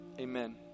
amen